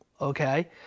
okay